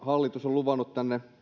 hallitus on luvannut